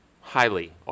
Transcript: highly